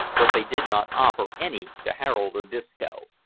but they did not offer any to harold or disco.